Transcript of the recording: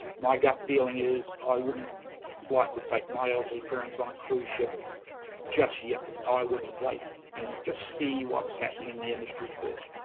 my gut feeling is i wouldn't like to take my elderly parents on a cruise ship just yet. i wouldn't wait and just see what's happening in the industry first.